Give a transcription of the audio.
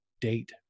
date